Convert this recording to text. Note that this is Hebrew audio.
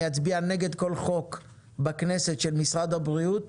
אצביע נגד כל חוק בכנסת של משרד הבריאות,